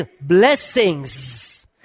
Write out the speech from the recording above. blessings